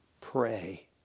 pray